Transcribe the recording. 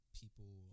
people